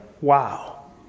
Wow